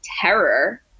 terror